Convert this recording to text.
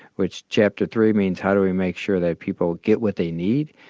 which chapter three means how do we make sure that people get what they need,